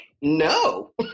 no